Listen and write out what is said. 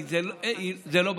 כי זה לא במקום.